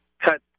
cut